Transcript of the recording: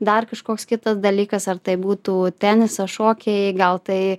dar kažkoks kitas dalykas ar tai būtų tenisas šokiai gal tai